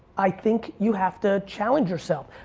i think you have to challenge yourself.